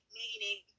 meaning